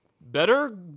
better